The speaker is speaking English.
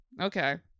okay